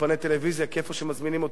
כי איפה שמזמינים אותי לא מזמינים אותו